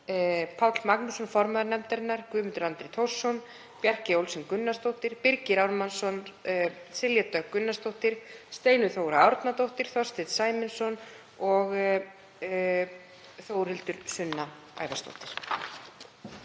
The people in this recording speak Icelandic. Páll Magnússon, formaður nefndarinnar, Guðmundur Andri Thorsson, Bjarkey Olsen Gunnarsdóttir, Birgir Ármannsson, Silja Dögg Gunnarsdóttir, Steinunn Þóra Árnadóttir, Þorsteinn Sæmundsson og Þórhildur Sunna Ævarsdóttir.